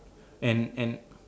and and